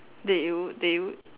did you did you